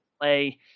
play